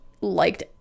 liked